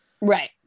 Right